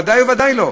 ודאי וודאי שלא.